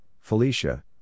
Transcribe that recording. Felicia